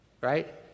right